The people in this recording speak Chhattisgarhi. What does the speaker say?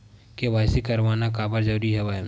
के.वाई.सी करवाना काबर जरूरी हवय?